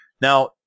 Now